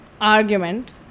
Argument